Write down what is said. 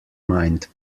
mind